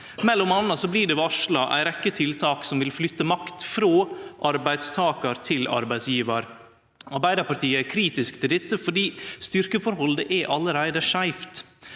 i, m.a. blir det varsla ei rekke tiltak som vil flytte makt frå arbeidstakar til arbeidsgivar. Arbeidarpartiet er kritisk til dette, fordi styrkeforholdet allereie er skeivt.